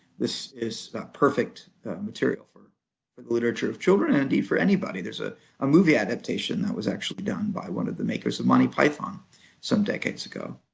this is perfect material for for the literature of children and for anybody. there's a ah movie adaptation that was actually done by one of the makers of monty python some decades ago.